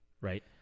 Right